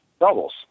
doubles